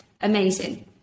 Amazing